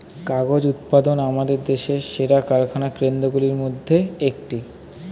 কাগজ উৎপাদন আমাদের দেশের সেরা কারখানা কেন্দ্রগুলির মধ্যে একটি